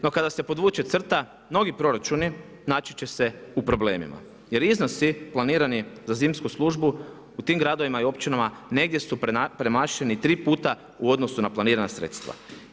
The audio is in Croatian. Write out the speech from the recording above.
No kada se podvuče crta mnogi proračuni naći će se u problemima, jer iznosi planirani za zimsku službu u tim gradovima i općinama negdje su premašeni 3 puta u odnosu na planirana sredstva.